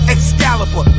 Excalibur